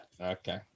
okay